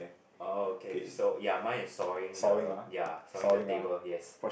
oh okay so ya mine is sawing the ya sawing the table yes